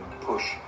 push